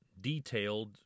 detailed